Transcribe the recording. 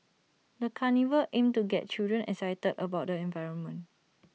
the carnival aimed to get children excited about the environment